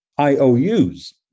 IOUs